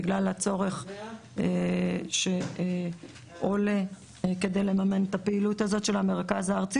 בגלל הצורך שעולה כדי לממן את הפעילות הזאת של המרכז הארצי